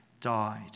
died